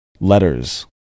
letters